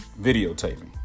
videotaping